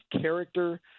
character